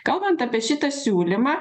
kalbant apie šitą siūlymą